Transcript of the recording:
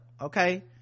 okay